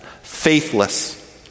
faithless